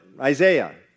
Isaiah